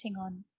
on